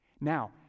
Now